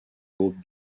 groupe